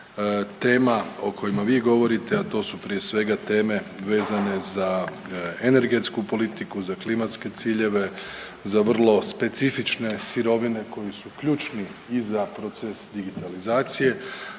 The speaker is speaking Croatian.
tema o kojima vi govorite, a to su prije svega teme vezane za energetsku politiku, za klimatske ciljeve, za vrlo specifične sirovine koji su ključni i za proces digitalizacije